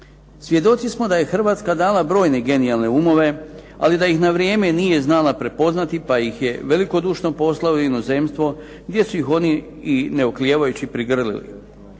Svjedoci smo da je Hrvatska dala brojne genijalne umove, ali da ih na vrijeme nije znala prepoznati pa ih je velikodušno poslala u inozemstvo gdje su ih oni i ne oklijevajući prigrlili.